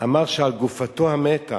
אמר שעל גופתו המתה,